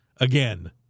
Again